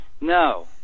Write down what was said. no